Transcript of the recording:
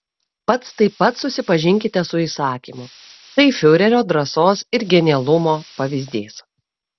pats taip pat susipažinkite su įsakymu tai fiurerio drąsos ir genialumo pavyzdys